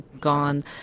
gone